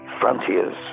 frontiers